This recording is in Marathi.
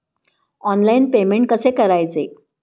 ऑनलाइन पेमेंट कसे करायचे?